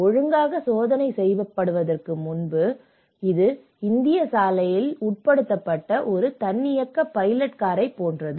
ஒழுங்காக சோதனை செய்யப்படுவதற்கு முன்பு இது இந்திய சாலையில் உட்படுத்தப்பட்ட ஒரு தன்னியக்க பைலட் காரைப் போன்றது